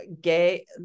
gay